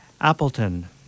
Appleton